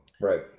right